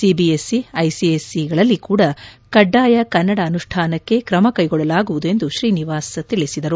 CBS C ಐಸಿಎಸ್ ಸಿಗಳಲ್ಲಿ ಕೂಡಾ ಕಡ್ಡಾಯ ಕನ್ನಡ ಅನುಷ್ಠಾನಕ್ಕೆ ಕ್ರಮ ಕೈಗೊಳ್ಳಲಾಗುವುದು ಎಂದು ಶ್ರೀನಿವಾಸ್ ತಿಳಿಸಿದರು